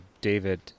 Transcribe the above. David